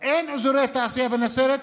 ואין אזורי תעשייה בנצרת.